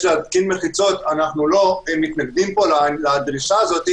להתקין מחיצות - אנו לא מתנגדים לדרישה הזאת,